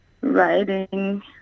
writing